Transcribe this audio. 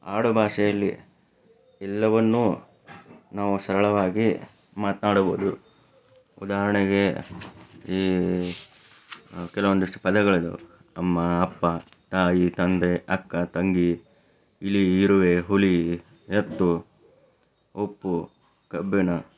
ಆಡುಭಾಷೆಯಲ್ಲಿ ಎಲ್ಲವನ್ನೂ ನಾವು ಸರಳವಾಗಿ ಮಾತ್ನಾಡಬೌದು ಉದಾಹರಣೆಗೆ ಈ ಕೆಲವೊಂದಿಷ್ಟು ಪದಗಳಿದಾವೆ ಅಮ್ಮ ಅಪ್ಪ ತಾಯಿ ತಂದೆ ಅಕ್ಕ ತಂಗಿ ಇಲಿ ಇರುವೆ ಹುಲಿ ಎತ್ತು ಉಪ್ಪು ಕಬ್ಬಿಣ